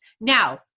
Now